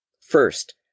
First